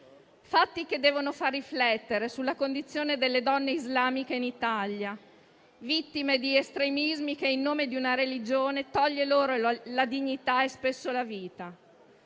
fatti che devono far riflettere sulla condizione delle donne islamiche in Italia, vittime di estremismi che, in nome di una religione, tolgono loro la dignità e spesso la vita.